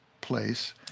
place